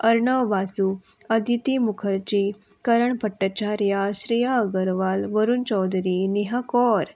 Arnav Vasu Aditi Mukherjee Karan Bhattacharya Shreya Agarwal Varun Chaudhary Neha Kaur